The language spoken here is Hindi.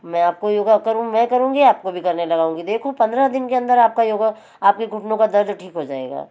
मैं आपको योगा करूँ मैं करुँगी आपको लगाऊँगी देखो पंद्रह दिन के अंदर आपका योगा आपके घुटनों का दर्द ठीक हो जाएगा